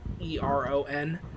E-R-O-N